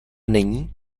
není